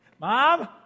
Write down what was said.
mom